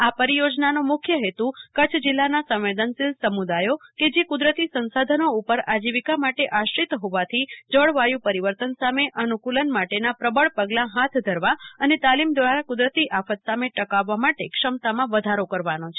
આ પરિયોજનાનો મુખ્ય હેતુ કચ્છ જિલ્લાના સંવેદનશીલ સમુદાથો કે જે કુદરતી સંસાધનો ઉપર આજીવિકા માટે આશ્રિત હોવાથી જળવાયુ પરિવર્તન સામે અનુકૂલન માટેનાં પ્રબળ પગલાં હાથ ધરવા અને તાલીમ દ્વારા કુદરતી આફત સામે ટકાવવા માટે ક્ષમતામાં વધારો કરવાનો છે